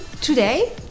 today